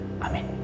Amen